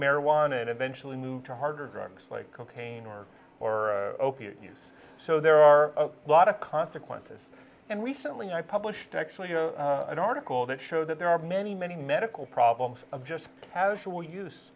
marijuana and eventually move to harder drugs like cocaine or or opiate use so there are a lot of consequences and recently i published actually an article that showed that there are many many medical problems of just casual use